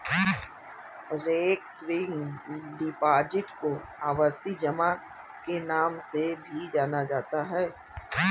recurring deposit को आवर्ती जमा के नाम से भी जाना जाता है